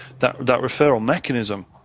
that that referral mechanism